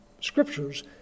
scriptures